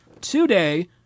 today